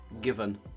Given